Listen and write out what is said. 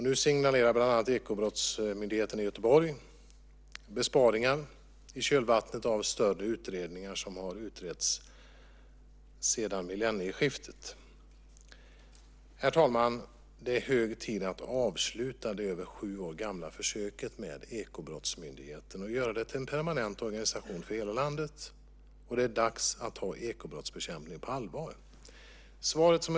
Nu signalerar Ekobrottsmyndigheten i Göteborg besparingar i kölvattnet på större utredningar som har utretts sedan millennieskiftet. Herr talman! Det är hög tid att avsluta det över sju år gamla försöket med Ekobrottsmyndigheten och göra det till en permanent organisation för hela landet. Det är dags att ta ekobrottsbekämpningen på allvar. Herr talman!